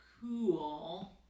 cool